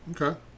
Okay